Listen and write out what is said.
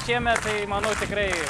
šiemet tai manau tikrai